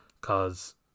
Cause